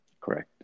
Correct